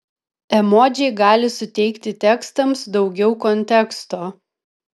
emodžiai gali suteikti tekstams daugiau konteksto